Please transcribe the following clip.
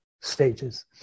stages